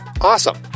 Awesome